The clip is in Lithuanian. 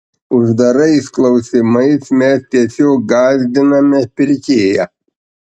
uždarais klausimais mes tiesiog gąsdiname pirkėją